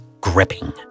gripping